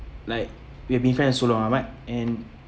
like we have been friends so long ahmad and